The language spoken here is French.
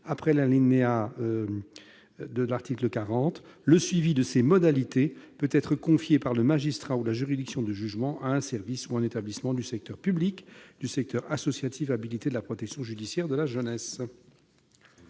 un alinéa ainsi rédigé :« Le suivi de ces modalités peut être confié par le magistrat ou la juridiction de jugement à un service ou un établissement du secteur public ou du secteur associatif habilité de la protection judiciaire de la jeunesse.